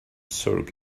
zork